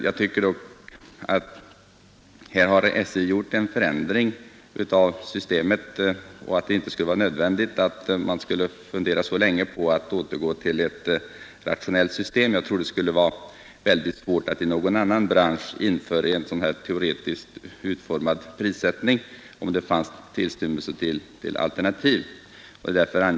Jag tycker dock att SJ här har gjort en förändring av systemet och att det inte skulle vara nödvändigt att fundera så länge på att återgå till ett rationellt system. Det skulle vara väldigt svårt att i någon annan bransch införa en sådan här teoretiskt utformad prissättning, om det fanns tillstymmelse till alternativ.